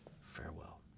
Farewell